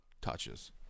touches